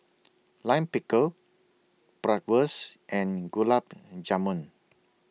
Lime Pickle Bratwurst and Gulab and Jamun